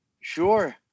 Sure